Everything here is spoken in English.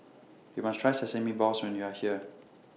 YOU must Try Sesame Balls when YOU Are here